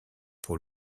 pour